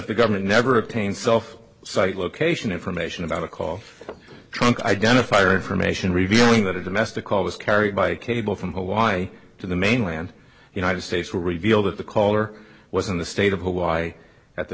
the government never obtained self site location information about a call trunk identifier information revealing that a domestic call was carried by cable from hawaii to the mainland united states will reveal that the caller was in the state of hawaii at the